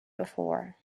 before